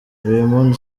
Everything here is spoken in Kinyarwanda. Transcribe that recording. raymond